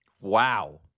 Wow